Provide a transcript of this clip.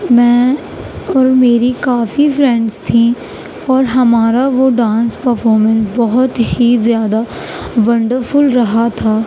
میں اور میری کافی فرینڈس تھیں اور ہمارا وہ ڈانس پرفارمنس بہت ہی زیادہ ونڈر فل رہا تھا